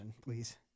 please